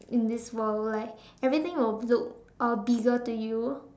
in this world like everything will look uh bigger to you